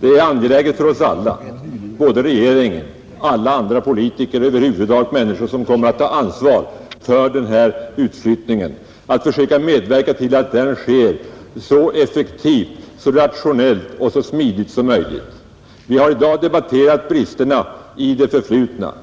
Det är angeläget för oss alla — för regering, för alla andra politiker och över huvud taget för människor som kommer att ta ansvar för den här utflyttningen — att försöka medverka till att den sker så effektivt, så rationellt och så smidigt som möjligt. Vi har i dag debatterat bristerna i det förflutna.